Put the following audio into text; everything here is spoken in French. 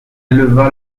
éleva